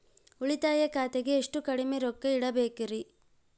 ಉಳಿತಾಯ ಖಾತೆಗೆ ಎಷ್ಟು ಕಡಿಮೆ ರೊಕ್ಕ ಇಡಬೇಕರಿ?